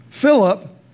Philip